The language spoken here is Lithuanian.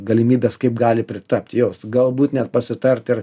galimybes kaip gali pritapt jo galbūt net pasitarti ar